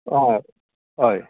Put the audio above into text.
हय हय